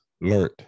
learned